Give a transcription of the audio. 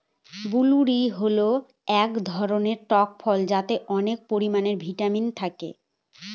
blueberry হল এক ধরনের টক ফল যাতে অনেক পরিমানে ভিটামিন থাকে